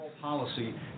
Policy